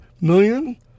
million